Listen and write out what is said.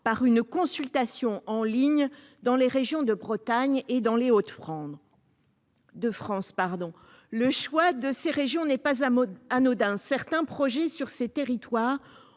par une consultation en ligne dans les régions Bretagne et Hauts-de-France. Le choix de ces régions n'est pas anodin : certains projets sur ces territoires